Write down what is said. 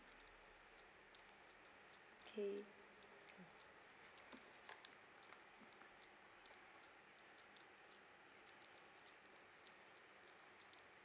okay